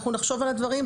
אנחנו נחשוב על הדברים,